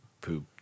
poop